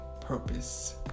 purpose